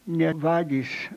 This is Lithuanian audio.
net vagys